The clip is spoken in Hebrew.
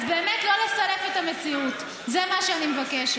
אז באמת, לא לסלף את המציאות, זה מה שאני מבקשת.